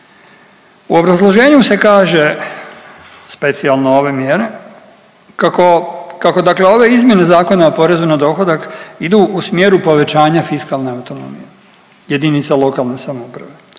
U obrazloženju se kaže specijalno ove mjere, kako dakle ove izmjene Zakona o porezu na dohodak idu u smjeru povećanja fiskalne autonomije jedinica lokalne samouprave,